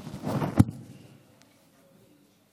היושבת-ראש, אדוני השר,